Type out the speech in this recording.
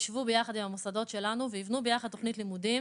ישבו ביחד עם המוסדות שלנו ויבנו ביחד תוכנית לימודים